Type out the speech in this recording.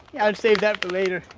i'll save that for later.